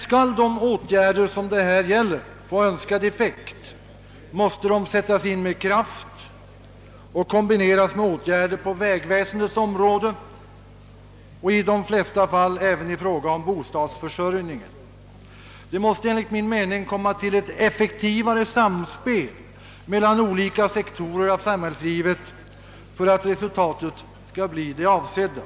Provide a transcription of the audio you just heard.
Om de åtgärder som det gäller skall få önskad effekt, måste de emellertid sättas in med kraft och kombineras med åtgärder på vägväsendets område och i de flesta fall även med åtgärder i fråga om bostadsförsörjningen. Det måste enligt min mening bli ett aktivare samspel mellan olika sektorer av samhällslivet för att resultatet skall bli det avsedda.